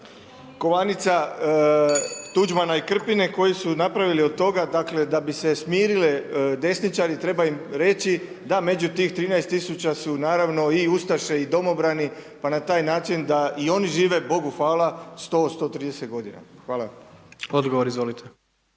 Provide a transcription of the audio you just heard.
kovanica, Tuđmana i Krpine, koji su napravili od toga da bi se smirile desničari, treba im reći, da među tih 13 tisuća su naravno i ustaše i domobrani, pa na taj način da i oni žive Bogu hvala 100-130 g. Hvala. **Jandroković,